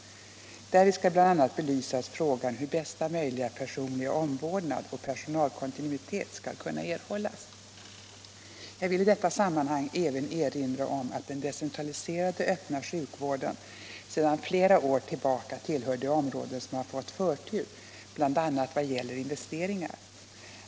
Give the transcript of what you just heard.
Därvid skall bl.a. belysas frågan hur bästa möjliga personliga omvårdnad och personalkontinuitet skall kunna erhållas. Jag vill i detta sammanhang även erinra om att den decentraliserade öppna sjukvården sedan flera år tillbaka tillhör de områden som har fått förtur, bl.a. i vad gäller investeringar.